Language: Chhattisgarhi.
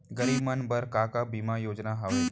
गरीब मन बर का का बीमा योजना हावे?